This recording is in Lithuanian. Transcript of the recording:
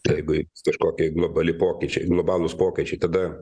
tai jeigu jei kažkokie globali pokyčiai globalūs pokyčiai tada